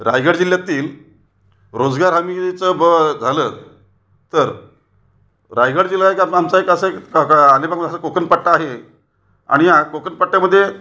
रायगड जिल्ह्यातील रोजगार हमीचं ब झालं तर रायगड जिल्हा हा एक आमचा असा का अलिबागपासून असा कोकण पट्टा आहे आणि या कोकण पट्ट्यामध्ये